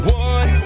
one